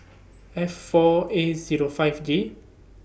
F four A Zero five J